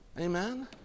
Amen